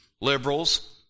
liberals